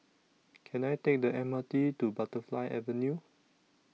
Can I Take The M R T to Butterfly Avenue